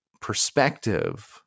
perspective